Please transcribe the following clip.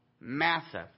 Massive